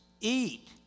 eat